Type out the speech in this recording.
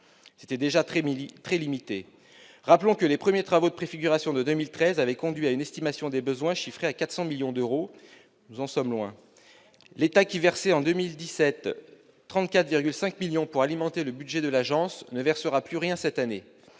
C'était déjà très limité ! Rappelons que les premiers travaux de préfiguration, en 2013, avaient conduit à une estimation des besoins de 400 millions d'euros : nous en sommes loin. L'État, qui versait 34,5 millions d'euros en 2017 pour alimenter le budget de l'agence, ne versera plus rien en 2018.